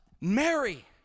Mary